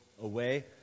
away